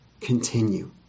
continue